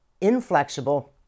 inflexible